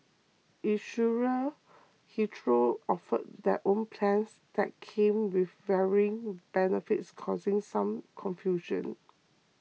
insurers hitherto offered their own plans that came with varying benefits causing some confusion